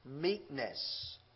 meekness